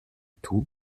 tout